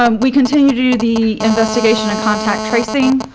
um we continue to do the investigation and contact tracing.